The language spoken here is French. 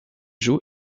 joue